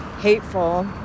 Hateful